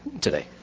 today